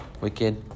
wicked